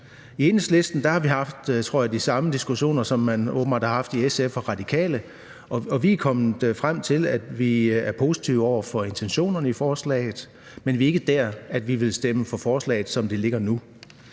I Enhedslisten har vi haft, tror jeg, de samme diskussioner, som man åbenbart har haft i SF og Radikale, og vi er kommet frem til, at vi er positive over for intentionerne i forslaget, men vi er ikke der, hvor vi vil stemme for forslaget, som det ligger nu.